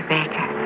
Baker